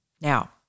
Now